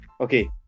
okay